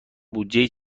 بودجهای